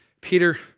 Peter